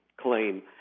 claim